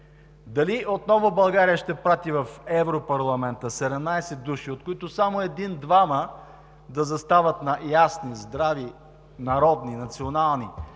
Дали отново България ще прати в Европейския парламент 17 души, от които само един-двама да застават на ясни, здрави, народни, национални